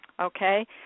Okay